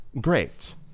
great